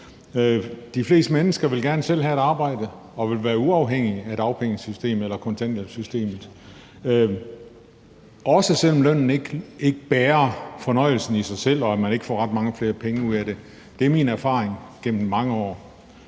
De fleste mennesker vil gerne selv have et arbejde og vil være uafhængige af dagpengesystemet eller kontanthjælpssystemet, også selv om lønnen ikke bærer fornøjelsen i sig selv, og man ikke får ret mange flere penge ud af det. Det er min erfaring gennem mange år.